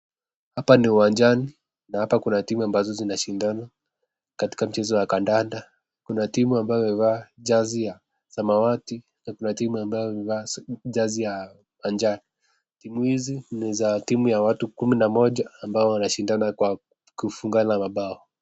Hapa ni uwanjani na hapa kuna timu ambazo zinashindana katika mchezo ya kadada. Kuna timu ambayo imevaa jazi ya samawati na kuna timu ambayo imevaa jazi ya manjano. Timu hizi ni za timu ya watu kumi na moja ambao wanashindana kwa kufungana mabao.